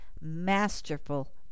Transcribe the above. masterful